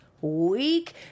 week